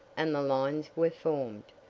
and the lines were formed.